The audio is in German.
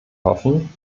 hoffen